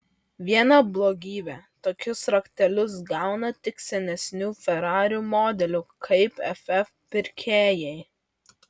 viena blogybė tokius raktelius gauna tik senesnių ferarių modelių kaip ff pirkėjai